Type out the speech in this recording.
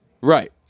Right